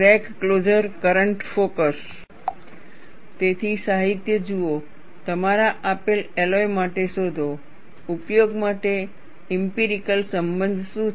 crack closure current focus તેથી સાહિત્ય જુઓ તમારા આપેલ એલોય માટે શોધો ઉપયોગ માટે ઇમ્પિરિકલ સંબંધ શું છે